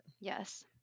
Yes